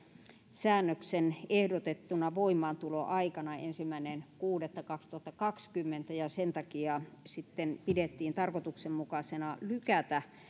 säännöksen ehdotettuna voimaantuloaikana ensimmäinen kuudetta kaksituhattakaksikymmentä ja sen takia sitten pidettiin tarkoituksenmukaisena lykätä